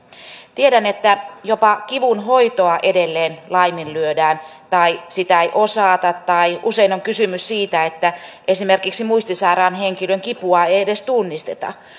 tiedän että jopa kivunhoitoa edelleen laiminlyödään tai sitä ei osata tai usein on kysymys siitä että esimerkiksi muistisairaan henkilön kipua ei ei edes tunnisteta